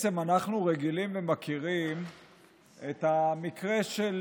אנחנו רגילים ומכירים את המקרה של